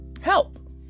help